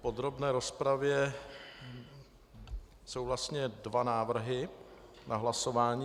V podrobné rozpravě jsou vlastně dva návrhy na hlasování.